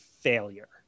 failure